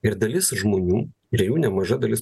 ir dalis žmonių ir jų nemaža dalis